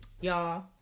Y'all